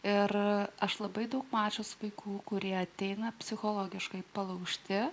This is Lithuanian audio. ir aš labai daug mačiusių vaikų kurie ateina psichologiškai palaužti